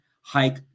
hike